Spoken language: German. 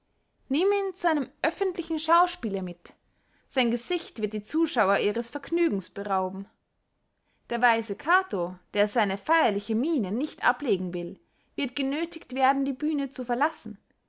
ihn zu einem öffentlichen schauspiele mit sein gesicht wird die zuschauer ihres vergnügens berauben der weise cato der seine feyerliche mine nicht ablegen will wird genöthigt werden die bühne zu verlassen